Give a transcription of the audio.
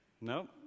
No